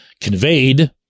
conveyed